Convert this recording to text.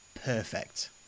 Perfect